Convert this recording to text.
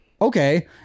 okay